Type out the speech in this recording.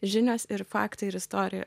žinios ir faktai ir istorija